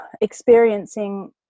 experiencing